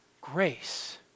grace